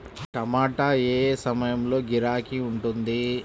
టమాటా ఏ ఏ సమయంలో గిరాకీ ఉంటుంది?